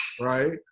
right